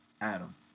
Adam